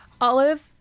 Olive